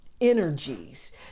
energies